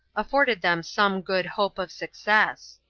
afforded them some good hope of success.